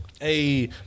Hey